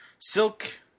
Silk